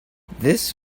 this